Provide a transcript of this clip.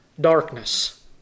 darkness